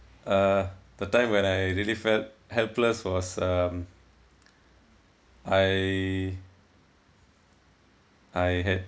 uh the time when I really felt helpless was um I I had